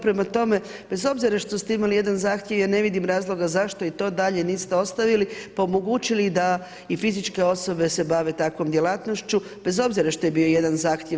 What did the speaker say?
Prema tome, bez obzira što ste imali jedan zahtjev, ja ne vidim razloga zašto to i dalje niste ostavili, pa omogućili da i fizičke osobe se bave takvom djelatnošću bez obzira što je bio jedan zahtjev.